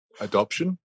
adoption